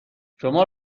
شما